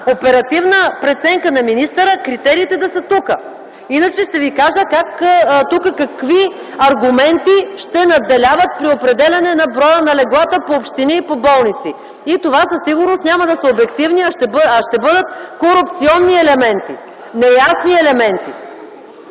оперативна преценка на министъра, критериите да са тук. Иначе ще ви кажа тук какви аргументи ще надделяват при определяне на броя на леглата по общини и по болници. И това със сигурност няма да са обективни, а ще бъдат корупционни елементи, неясни елементи.